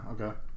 okay